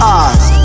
eyes